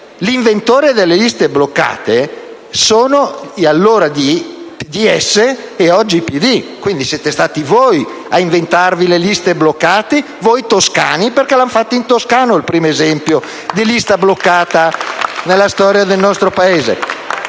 l'inventore delle liste bloccate sono gli allora DS, oggi PD; siete stati voi a inventare le liste bloccate, voi toscani, perché lo hanno fatto in Toscana il primo esempio di lista bloccata nella storia del nostro Paese.